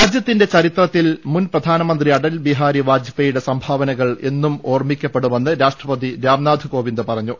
രാജ്യത്തിന്റെ ചരിത്രത്തിൽ മുൻ പ്രധാനമന്ത്രി അടൽ ബിഹാരി വാജ്പെയുടെ സംഭാവനകൾ എന്നും ഓർമ്മിക്കപ്പെടുമെന്ന് രാഷ്ട്ര പതി രാംനാഥ് കോവിന്ദ് പറഞ്ഞു